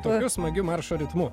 tokiu smagiu maršo ritmu